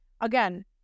again